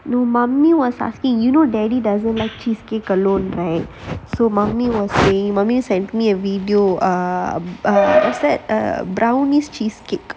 no mummy was asking you know daddy doesn't like cheesecake alone right mummy was saying that video err what's that brownie cheesecake